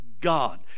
God